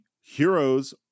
heroes